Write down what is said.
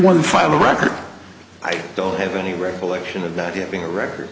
one final record i don't have any recollection of not having a record